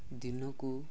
ଦିନକୁ